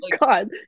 God